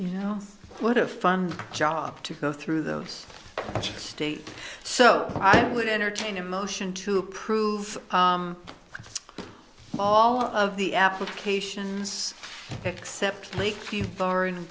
you know what a fun job to go through those state so it would entertain a motion to approve all of the applications except like bar and